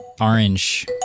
Orange